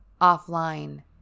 offline